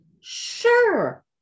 Sure